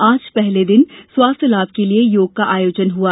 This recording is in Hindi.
आज पहले दिन स्वास्थ्य लाभ के लिये योग का आयोजन हुआ